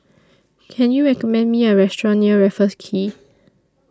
Can YOU recommend Me A Restaurant near Raffles Quay